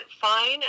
fine